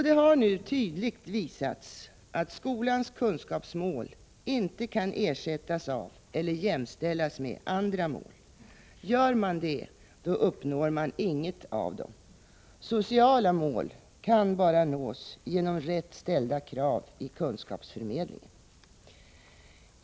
Det har nu tydligt visats att skolans kunskapsmål inte kan ersättas av eller jämställas med andra mål. Gör man det uppnår man inget av dem. Sociala mål kan bara nås genom rätt ställda krav i kunskapsförmedlingen.